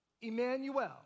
Emmanuel